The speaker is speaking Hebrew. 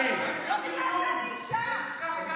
לא בגלל שאני אישה.